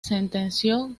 sentenció